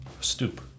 stoop